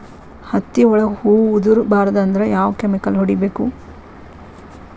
ಹತ್ತಿ ಒಳಗ ಹೂವು ಉದುರ್ ಬಾರದು ಅಂದ್ರ ಯಾವ ಕೆಮಿಕಲ್ ಹೊಡಿಬೇಕು?